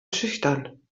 schüchtern